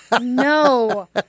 no